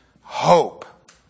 hope